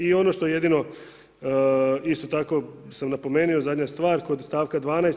I ono što jedino isto tako sam napomenuo, zadnja stvar kod stavka 12.